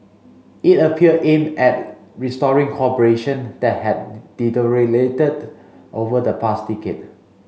it appeared aimed at restoring cooperation that had deteriorated over the past decade